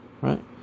Right